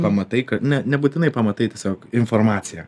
pamatai kad ne nebūtinai pamatai tiesiog informacija